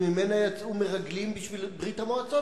שממנה יצאו מרגלים בשביל ברית-המועצות.